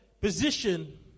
position